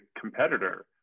competitor